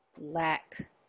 Lack